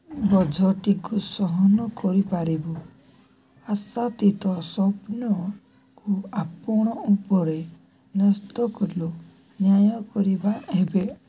ବୋଝଟିକୁ ସହନ କରିପାରିବୁ ଆଶାତୀତ ସ୍ଵପ୍ନକୁ ଆପଣ ଉପରେ ନ୍ୟସ୍ତ କଲୁ ନ୍ୟାୟ କରିବା ହେବେ